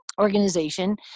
organization